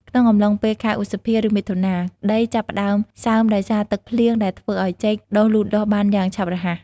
ក្នុងអំឡុងពេលខែឧសភា ឬមិថុនា ដីចាប់ផ្តើមសើមដោយសារទឹកភ្លៀងដែលធ្វើឱ្យចេកដុះលូតលាស់បានយ៉ាងឆាប់រហ័ស។